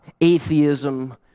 atheism